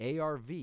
ARV